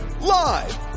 Live